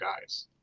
guys